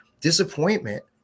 disappointment